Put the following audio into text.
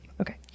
Okay